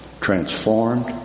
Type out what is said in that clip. transformed